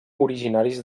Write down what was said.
originaris